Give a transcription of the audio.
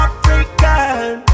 African